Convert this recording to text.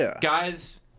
Guys